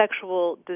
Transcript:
sexual